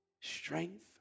strength